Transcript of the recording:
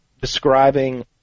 describing